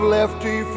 Lefty